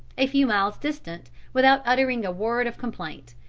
a few miles distant, without uttering a word of complaint.